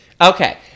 Okay